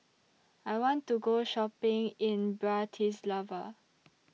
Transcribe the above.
I want to Go Shopping in Bratislava